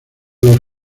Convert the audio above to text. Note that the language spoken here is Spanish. los